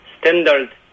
standard